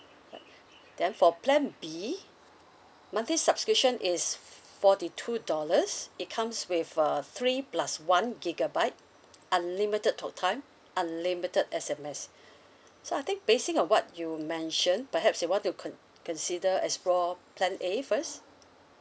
then for plan B monthly subscription is f~ forty two dollars it comes with uh three plus one gigabyte unlimited talktime unlimited S_M_S so I think basing on what you mentioned perhaps you want to con~ consider explore plan A first